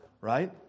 right